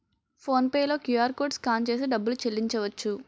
phone pay లో QR code scan చేసి డబ్బులు చెల్లించవచ్చు